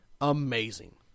amazing